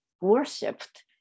worshipped